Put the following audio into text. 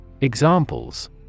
Examples